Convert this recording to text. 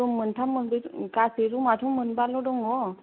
room मोनथाम मोनब्रै गासै रुमाथ' मोनबाल' दङ